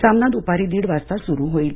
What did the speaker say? सामना दूपारी दीड वाजता सुरू होईल